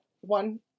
one